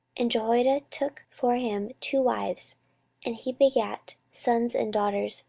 and jehoiada took for him two wives and he begat sons and daughters